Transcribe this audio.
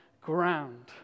ground